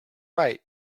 right